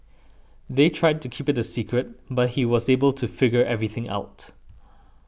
they tried to keep it a secret but he was able to figure everything out